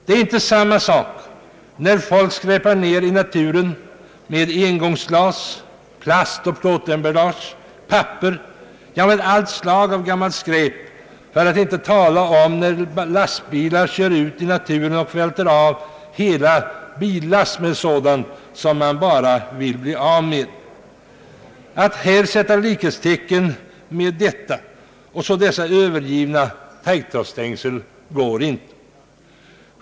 Det är inte möjligt att sätta likhetstecken mellan det förhållandet att folk skräpar ned i naturen med engångsglas, plastoch plåtemballage, papper och allt slags gammalt skräp, för att inte tala om när lastbilar kör ut i naturen och välter av hela billass med sådant som man bara vill bli av med, och det förhållandet att det finns övergivna taggtrådsstängsel.